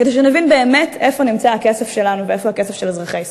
כדי שנבין באמת איפה נמצא הכסף שלנו ואיפה הכסף של אזרחי ישראל.